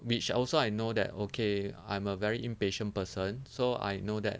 which also I know that okay I'm a very impatient person so I know that